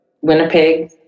Winnipeg